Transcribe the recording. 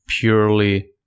purely